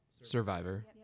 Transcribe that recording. Survivor